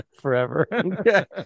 forever